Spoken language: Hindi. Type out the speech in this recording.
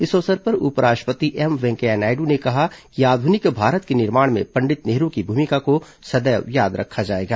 इस अवसर पर उप राष्ट्रपति एम वेंकैया नायडू ने कहा कि आधुनिक भारत के निर्माण में पंडित नेहरू की भूमिका को सदैव याद रखा जाएगा